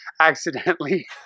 Accidentally